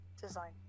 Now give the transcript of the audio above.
design